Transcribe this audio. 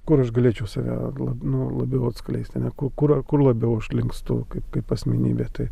kur aš galėčiau save lab nu labiau atskleisti ane ku kur kur labiau aš linkstu kaip kaip asmenybė tai